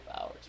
hours